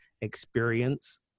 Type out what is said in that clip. experience